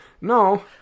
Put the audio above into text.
no